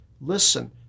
Listen